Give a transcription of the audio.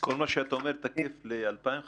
כל מה שאתה אומר תקף ל-2015,